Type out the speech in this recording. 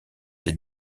des